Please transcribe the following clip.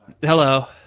Hello